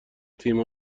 تیم